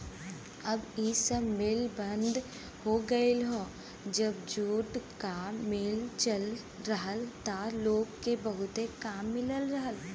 अब इ सब मिल बंद हो गयल हौ जब जूट क मिल चलत रहल त लोग के बहुते काम मिलत रहल